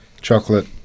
chocolate